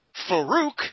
Farouk